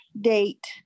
date